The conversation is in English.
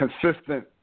consistent